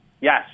Yes